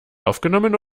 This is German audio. aufgenommen